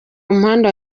umuhanda